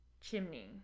chimney